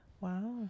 Wow